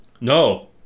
No